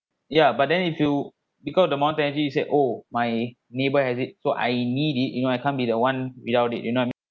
ya but then if you because the more fancy you say oh my neighbour has it so I need it you know I can't be the one without it you know I